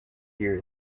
here